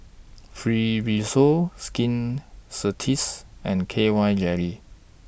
Fibrosol Skin Ceuticals and K Y Jelly